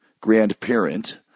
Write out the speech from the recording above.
grandparent